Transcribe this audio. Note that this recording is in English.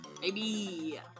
Baby